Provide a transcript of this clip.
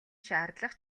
шаардлага